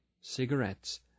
cigarettes